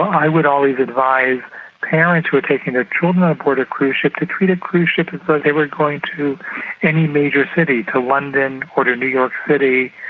i would always advise parents who are taking their children um aboard a cruise ship to treat a cruise ship as though they were going to any major city to london or to new york city,